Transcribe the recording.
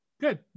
good